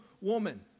woman